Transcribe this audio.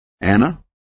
Anna